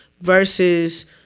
versus